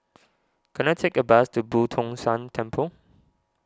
can I take a bus to Boo Tong San Temple